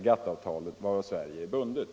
GATT-avtalet, varav Sverige är bundet.”